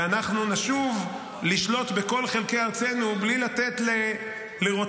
ונשוב לשלוט בכל חלקי ארצנו בלי לתת לרוצחים